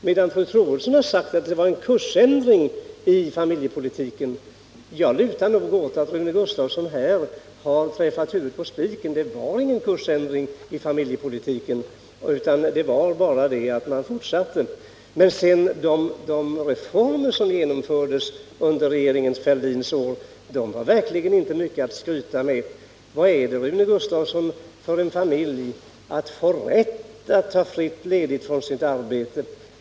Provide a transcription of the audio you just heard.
Fru Troedsson däremot har sagt att det var en kursändring i familjepolitiken. Jag lutar nog åt att Rune Gustavsson här har träffat huvudet på spiken — det var ingen kursändring i familjepolitiken, utan man fortsatte bara. Men de reformer som genomfördes under regeringen Fälldins år var verkligen inte mycket att skryta med. Vad är det, Rune Gustavsson, för en familj att få rätt att ta ledigt från sitt arbete?